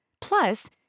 Plus